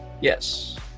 Yes